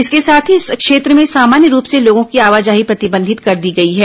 इसके साथ ही इस क्षेत्र में सामान्य रूप से लोगों की आवाजाही प्रतिबंधित कर दी गई है